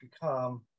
become